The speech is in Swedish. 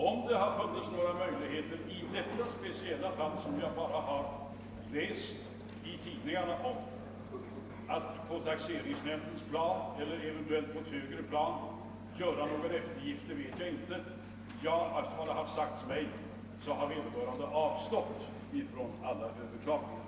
Om det i detta speciella fall — som jag alltså bara har läst om i tidningarna — kan ha funnits några möjligheter att göra en eftergift på taxeringsnämndsplan eller eventuellt på ett högre plan vet jag inte. Efter vad som sagts mig har vederbörande avstått från alla överklaganden.